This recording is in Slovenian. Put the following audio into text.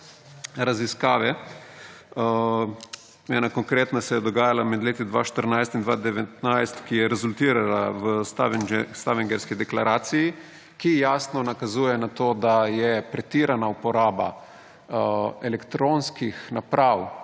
raziskave, ena konkretna se je dogaja med letoma 2014 in 2019, rezultirala je v Stavangerski deklaraciji, ki jasno nakazuje na to, da je pretirana uporaba elektronskih naprav